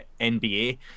NBA